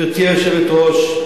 גברתי היושבת-ראש,